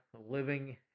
living